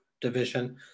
division